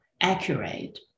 accurate